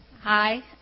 Hi